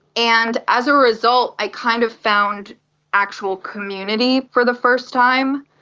and as a result i kind of found actual community for the first time.